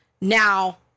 now